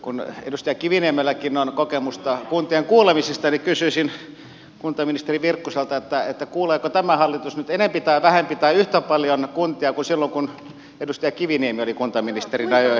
kun edustaja kiviniemelläkin on kokemusta kuntien kuulemisesta niin kysyisin kuntaministeri virkkuselta kuuleeko tämä hallitus nyt enempi tai vähempi tai yhtä paljon kuntia kuin silloin kun edustaja kiviniemi oli kuntaministerinä ja ajoi paras hanketta